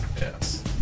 Yes